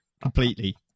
completely